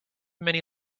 many